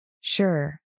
Sure